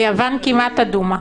ויוון כמעט אדומה.